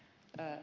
sirnö